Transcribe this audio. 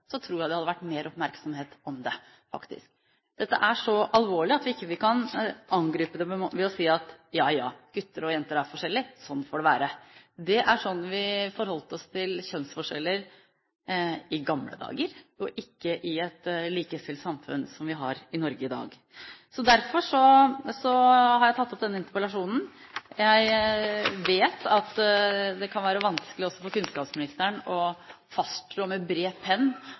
mer oppmerksomhet om det, faktisk. Dette er så alvorlig at vi ikke kan angripe det ved å si: Ja, ja, gutter og jenter er forskjellige, sånn får det være. Det er sånn vi forholdt oss til kjønnsforskjeller i gamle dager – ikke i et likestilt samfunn som vi har i Norge i dag. Derfor har jeg tatt opp denne interpellasjonen. Jeg vet at det kan være vanskelig også for kunnskapsministeren å fastslå med bred penn